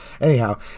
Anyhow